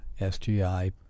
SGI